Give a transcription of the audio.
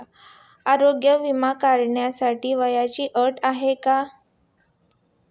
आरोग्य विमा काढण्यासाठी वयाची अट काय आहे?